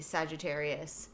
Sagittarius